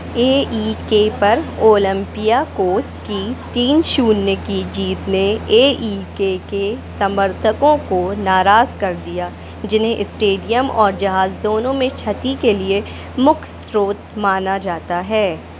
ए E K पर ओलंपियाकोस की तीन शून्य की जीत ने ए ई के के समर्थकों को नाराज़ कर दिया जिन्हें स्टेडियम और जहाज़ दोनों में क्षति के लिए मुख्य स्रोत माना जाता है